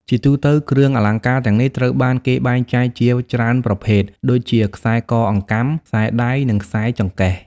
ជាទូទៅ គ្រឿងអលង្ការទាំងនេះត្រូវបានគេបែងចែកជាច្រើនប្រភេទដូចជា ខ្សែកអង្កាំ ខ្សែដៃ និង ខ្សែចង្កេះ។